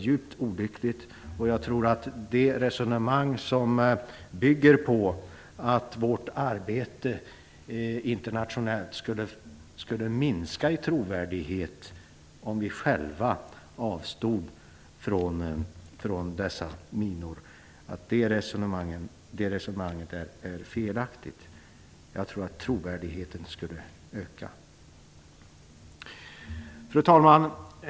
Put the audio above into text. Det förs ett resonemang som bygger på att vårt arbete internationellt skulle minska i trovärdighet om vi själva avstod från dessa minor. Det resonemanget är felaktigt. Jag tror tvärtom att trovärdigheten skulle öka. Fru talman!